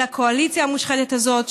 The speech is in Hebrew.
לקואליציה המושחתת הזאת,